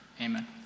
Amen